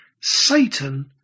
Satan